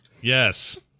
Yes